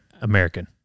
American